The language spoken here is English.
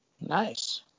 Nice